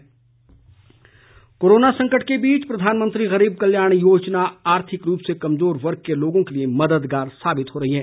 गरीब कल्याण कोरोना संकट के बीच प्रधानमंत्री गरीब कल्याण योजना आर्थिक रूप से कमजोर वर्ग के लोगों के लिए मददगार साबित हो रही है